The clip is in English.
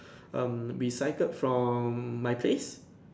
um we cycled from my place